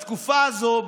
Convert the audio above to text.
בתקופה הזו,